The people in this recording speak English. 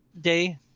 day